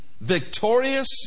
victorious